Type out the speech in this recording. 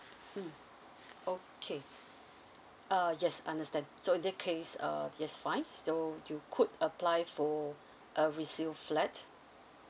mm okay uh yes understand so in that case uh it's fine so you could apply for a resale flat